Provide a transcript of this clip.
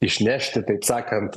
išnešti taip sakant